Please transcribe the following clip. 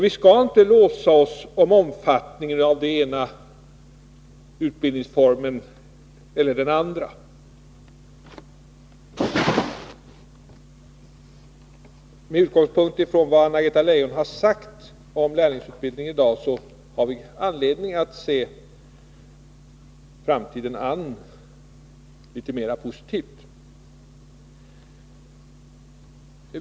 Vi skall inte fastna i frågor om omfattningen av den ena eller den andra utbildningsformen. Med utgångspunkt i vad Anna-Greta Leijon i dag har sagt om lärlingsutbildningen har vi anledning att se framtiden an litet mera positivt.